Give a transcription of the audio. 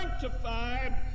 sanctified